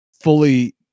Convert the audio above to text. fully